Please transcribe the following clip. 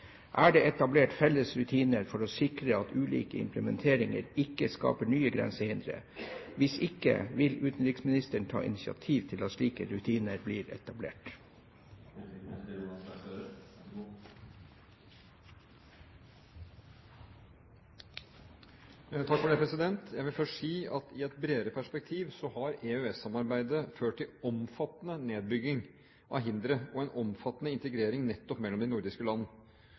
Er det etablert felles rutiner for å sikre at ulik implementering ikke skaper nye grensehindre, og hvis ikke, vil utenriksministeren ta initiativ til at slike rutiner blir etablert?» Jeg vil først si at i et bredere perspektiv har EØS-samarbeidet ført til omfattende nedbygging av hindre og en omfattende integrering nettopp mellom de nordiske land.